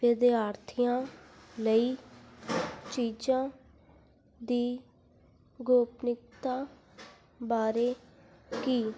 ਵਿਦਿਆਰਥੀਆਂ ਲਈ ਚੀਜ਼ਾਂ ਦੀ ਗੋਪਨੀਯਤਾ ਬਾਰੇ ਕੀ